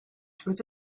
through